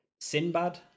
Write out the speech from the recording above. Sinbad